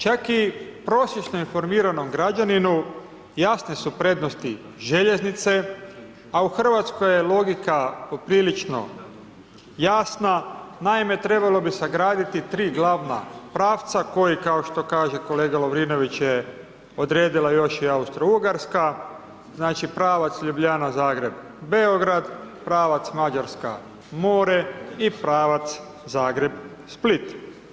Čak i prosječno informiranom građaninu jasne su prednosti željeznice, a u RH je logika poprilično jasna, naime, trebalo bi sagraditi 3 glavna pravca koji, kao što kaže kolega Lovrinović je, odredila još i Austro-Ugarska, znači, pravac Ljubljana-Zagreb-Beograd, pravac Mađarska-more i pravac Zagreb-Split.